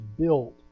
built